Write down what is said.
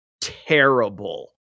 terrible